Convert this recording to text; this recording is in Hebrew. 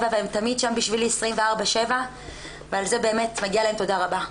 והם תמיד שם בשבילי 24/7. ועל זה באמת מגיע להם תודה רבה.